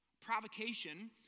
provocation